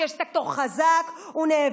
כשיש סקטור חזק הוא נאבק,